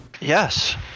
Yes